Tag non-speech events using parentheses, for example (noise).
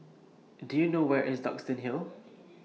Do YOU know Where IS Duxton Hill (noise)